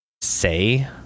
say